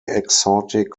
exotic